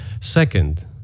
Second